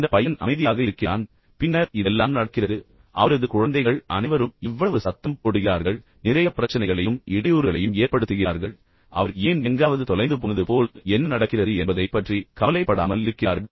இந்த பையன் அமைதியாக இருக்கிறான் பின்னர் இதெல்லாம் நடக்கிறது அவரது குழந்தைகள் அனைவரும் இவ்வளவு சத்தம் போடுகிறார்கள் நிறைய பிரச்சனைகளையும் இடையூறுகளையும் ஏற்படுத்துகிறார்கள் அவர் ஏன் எங்காவது தொலைந்து போனது போல் என்ன நடக்கிறது என்பதைப் பற்றி கவலைப்படாமல் இருக்கிறார்